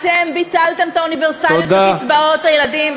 אתם ביטלתם את האוניברסליות של קצבאות הילדים.